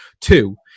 two